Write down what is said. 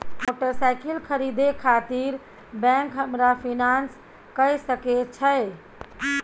Motorcycle खरीदे खातिर bank हमरा फिनांस कय सके छै?